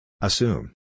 Assume